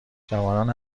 جوانان